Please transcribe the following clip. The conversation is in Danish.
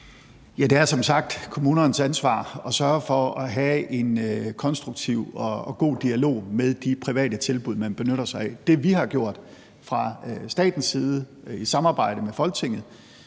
sagt kommunernes ansvar at sørge for at have en konstruktiv og god dialog med de private tilbud, som de benytter sig af. Det, vi har gjort fra statens side og i samarbejde med Folketinget,